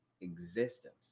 existence